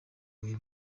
bihe